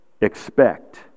expect